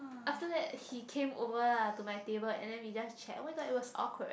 after that he came over lah to my table and then we just chat oh-my-god is was awkward